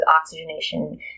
oxygenation